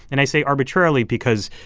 and i say arbitrarily because,